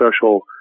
special